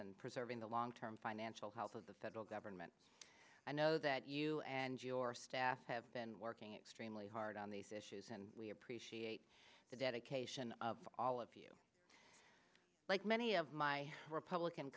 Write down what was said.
and preserving the long term financial health of the federal government i know that you and your staff have been working extremely hard on these issues and we appreciate the dedication of all of you like many of my republican